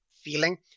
feeling